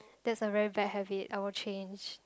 that's a very bad habit I will change